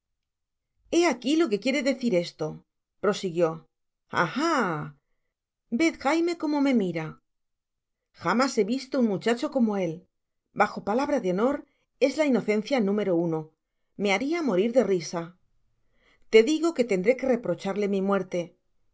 he aqui lo que quiero decir esto prosiguió ah ah vez jaime como me mira jamás he visto un muchacho como él tiajo palabra de honor es la inocencia n me haria morir de risa te digo que tendré que reprocharle mi muerte